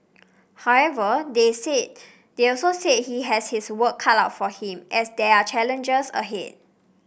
however they said they also said he has his work cut out for him as there are challenges ahead